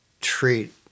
treat